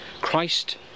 Christ